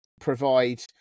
provide